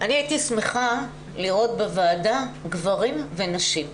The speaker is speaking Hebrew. אני הייתי שמחה לראות בוועדה גברים ונשים.